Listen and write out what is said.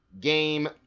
Game